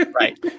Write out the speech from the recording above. right